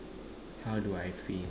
how do I feel